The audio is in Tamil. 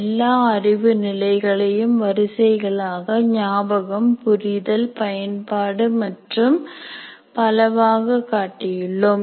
எல்லா அறிவு நிலைகளையும் வரிசைகளாக ஞாபகம் புரிதல் பயன்பாடு மற்றும் பலவாக காட்டியுள்ளோம்